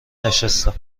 نشستم